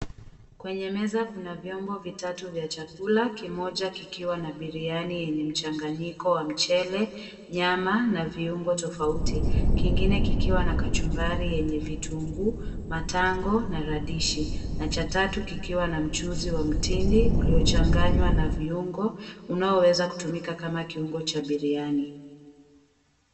Kwenye meza kuna vyombo vitatu vya chakula. Kimoja kikiwa na biriani yenye mchanganyiko wa mchele, nyama na viungo tofauti. Kingine kikiwa na kachumbari yenye vitunguu, matango na radishi . Na cha tatu kikiwa na mchuzi wa mtindi uliochanganywa na viungo, unaoweza kutumika kama kiungo cha biriani.